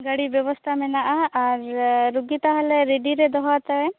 ᱜᱟᱹᱰᱤ ᱵᱮᱵᱚᱥᱛᱷᱟ ᱢᱮᱱᱟᱜᱼᱟ ᱟᱨ ᱨᱩᱜᱤ ᱛᱟᱦᱚᱞᱮ ᱨᱮᱰᱤ ᱨᱮ ᱫᱚᱦᱚ ᱦᱟᱛᱟᱲ ᱮᱢ